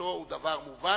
חסינותו הוא דבר מובן,